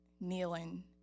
kneeling